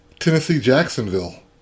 Tennessee-Jacksonville